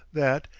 that,